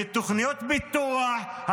מתוכניות פיתוח.